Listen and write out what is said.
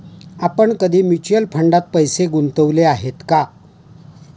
आपण कधी म्युच्युअल फंडात पैसे गुंतवले आहेत का?